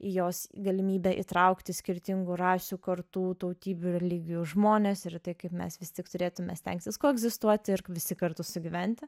į jos galimybę įtraukti skirtingų rasių kartų tautybių religijų žmones ir į tai kaip mes vis tik turėtumėme stengtis koegzistuoti ir visi kartu sugyventi